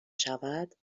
شود